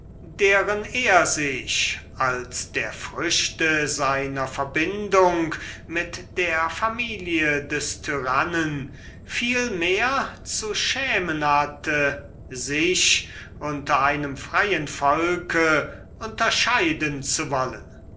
deren er sich als der früchte seiner verhältnisse mit der familie des tyrannen vielmehr hätte schämen sollen unter einem freien volke sich unterscheiden zu wollen